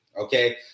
Okay